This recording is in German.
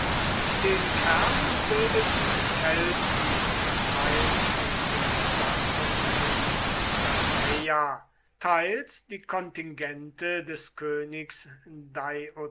den kern bildeten die kelten teils von der besatzung von alexandreia teils die kontingente des königs